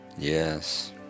Yes